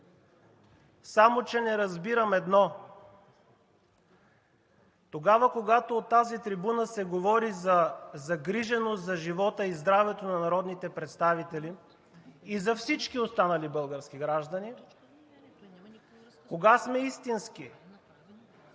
само че не разбирам едно: тогава, когато от тази трибуна се говори за загриженост за живота и здравето на народните представители и за всички останали български граждани и кога сме истински?